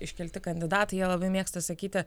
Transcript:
iškelti kandidatai jie labai mėgsta sakyti